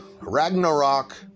Ragnarok